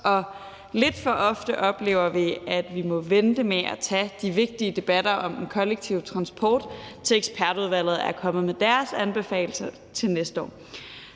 os. Lidt for ofte oplever vi, at vi må vente med at tage de vigtige debatter om den kollektive transport, indtil ekspertudvalget kommer med deres anbefaling for næste år.